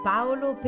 Paolo